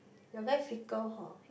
you are very fickle hor